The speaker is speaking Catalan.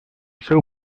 seu